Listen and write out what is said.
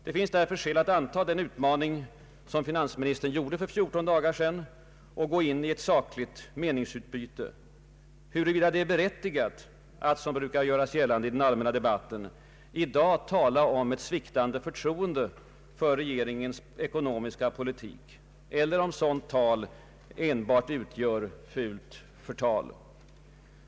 Det finns därför skäl att anta den utmaning som finansministern gjorde för 14 dagar sedan och gå in i ett sakligt meningsutbyte, huruvida det är berättigat att, såsom brukar göras gällande i den allmänna debatten, i dag tala om ett sviktande förtroende för regeringens ekonomiska politik eller om sådant tal enbart utgör fult förtal.